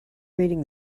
reading